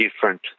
different